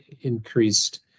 increased